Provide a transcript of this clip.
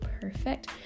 perfect